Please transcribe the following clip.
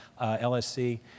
LSC